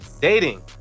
dating